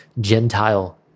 Gentile